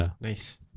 Nice